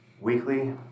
Weekly